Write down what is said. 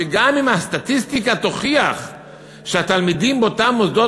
שגם אם הסטטיסטיקה תוכיח שהתלמידים באותם מוסדות